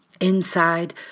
Inside